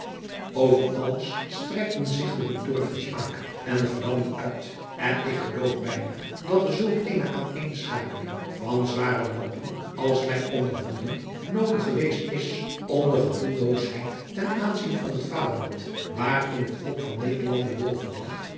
over alles strekten zich de bedorven smaak en de verlamming uit en ik geloof bijna dat er zulk eene aaneenschakeling van zware rampen als wij ondervonden noodig geweest is om de gevoelloosheid ten aanzien van het vaderland waarin het volk van nederland bedolven lag